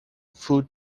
foot